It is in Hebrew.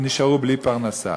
ונשארו בלי פרנסה.